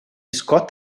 scott